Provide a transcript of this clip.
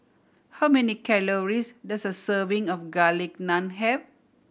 how many calories does a serving of Garlic Naan have